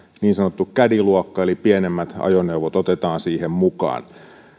niin sanottu caddy luokka eli pienemmät ajoneuvot otetaan siihen mukaan